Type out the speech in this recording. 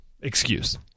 excuse